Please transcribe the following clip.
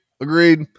agreed